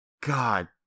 God